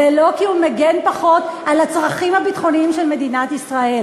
זה לא כי הוא מגן פחות על הצרכים הביטחוניים של מדינת ישראל,